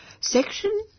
Section